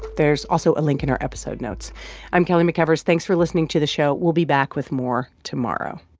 there's also a link in our episode notes i'm kelly mcevers. thanks for listening to the show. we'll be back with more tomorrow